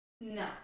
No